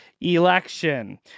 election